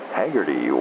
Haggerty